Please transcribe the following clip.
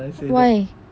why